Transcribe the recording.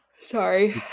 sorry